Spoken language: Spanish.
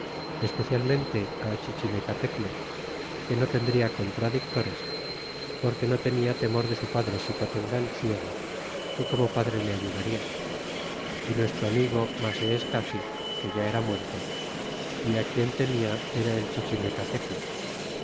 especialmente á chichimecatecte que no tendria contraditores porque no tenia temor de su padre xicotenga el ciego que como padre le ayudaria y nuestro amigo maseescaci que ya era muerto quien temia era el